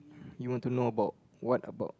you want to know about what about